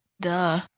Duh